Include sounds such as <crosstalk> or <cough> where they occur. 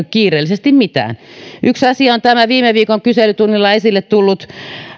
<unintelligible> kiireellisesti mitään yksi asia on tämä viime viikon kyselytunnilla esille tullut